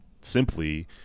simply